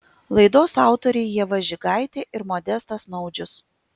laidos autoriai ieva žigaitė ir modestas naudžius